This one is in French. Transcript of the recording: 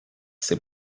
ces